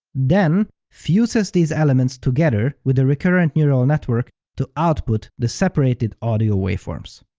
then fuses these elements together with a recurrent neural network to output the separated audio waveforms.